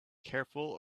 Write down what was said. careful